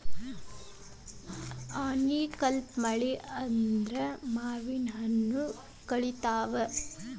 ಆನಿಕಲ್ಲ್ ಮಳಿ ಆದ್ರ ಮಾವಿನಹಣ್ಣು ಕ್ವಳಿತಾವ